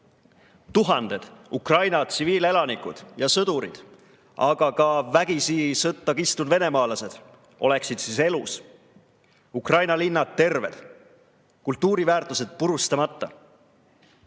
tuhanded Ukraina tsiviilelanikud ja sõdurid, aga ka vägisi sõtta kistud venemaalased elus, Ukraina linnad terved, kultuuriväärtused purustamata.